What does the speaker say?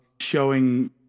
showing